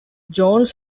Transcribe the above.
jones